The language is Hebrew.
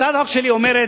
הצעת החוק שלי אומרת,